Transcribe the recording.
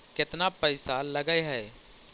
केतना पैसा लगय है?